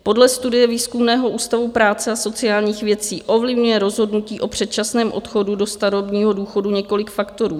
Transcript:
Podle studie Výzkumného ústavu práce a sociálních věcí ovlivňuje rozhodnutí o předčasném odchodu do starobního důchodu několik faktorů.